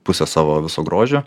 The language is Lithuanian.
pusės savo viso grožio